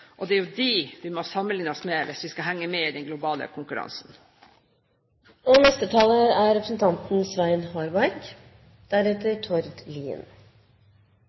og det er jo dem vi må sammenligne oss med, hvis vi skal henge med i den globale